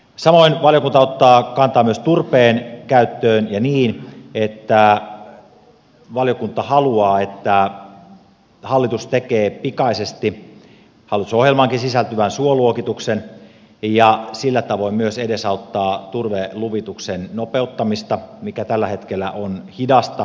samoin valiokunta ottaa kantaa myös turpeen käyttöön ja niin että valiokunta haluaa että hallitus tekee pikaisesti hallitusohjelmaankin sisältyvän suoluokituksen ja sillä tavoin myös edesauttaa turveluvituksen nopeuttamista joka tällä hetkellä on hidasta